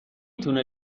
تونه